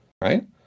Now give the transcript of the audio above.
right